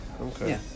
Okay